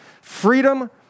freedom